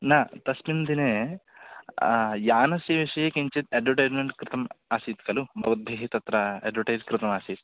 न तस्मिन् दिने यानशेषे किञ्चित् अड्वटैस्मेण्ट् कृतम् आसीत् खलु भवद्भिः तत्र अड्वटैस् कृतमासीत्